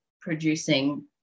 producing